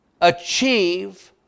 achieve